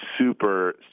super